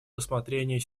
рассмотрение